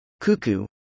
Cuckoo